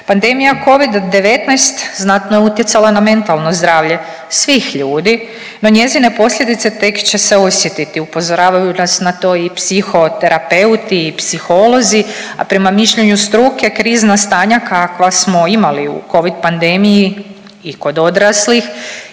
Pandemija covid-19 znatno je utjecala na mentalno zdravlje svih ljudi, no njezine posljedice tek će se osjetiti upozoravaju nas na to i psihoterapeuti i psiholozi, a prema mišljenju struke krizna stanja kakva smo imali u covid panedmiji i kod odraslih